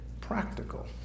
practical